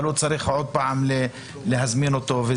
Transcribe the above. הוא צריך עוד פעם להזמין אותו.